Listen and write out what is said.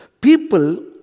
People